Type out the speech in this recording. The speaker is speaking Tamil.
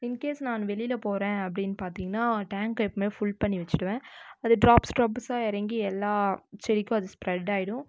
இன்கேஸ் நான் வெளியில் போகிறேன் அப்படின்னு பார்த்தீங்கன்னா டேங்க்கை எப்போவுமே ஃபுல் பண்ணி வைச்சிடுவேன் அது ட்ராப்ஸ் ட்ராப்ஸாக இறங்கி எல்லா செடிக்கும் அது ஸ்ப்ரெட் ஆகிடும்